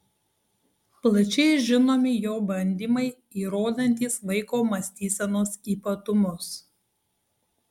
plačiai žinomi jo bandymai įrodantys vaiko mąstysenos ypatumus